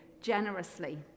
generously